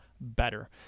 better